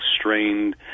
strained